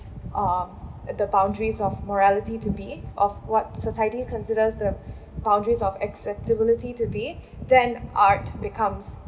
um the boundaries of morality to be off what society considers the boundaries of acceptability to be then art becomes